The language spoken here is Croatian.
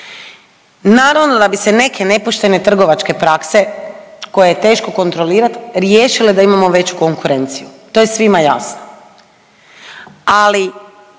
Naravno da bi se neke nepoštene trgovačke prakse koje je teško kontrolirati riješile da imamo veću konkurenciju, to je svima jasno, ali